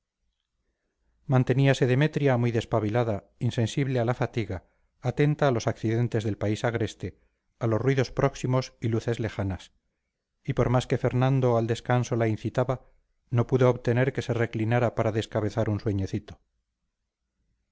manteníase demetria muy despabilada insensible a la fatiga atenta a los accidentes del país agreste a los ruidos próximos y luces lejanas y por más que fernando al descanso la incitaba no pudo obtener que se reclinara para descabezar un sueñecito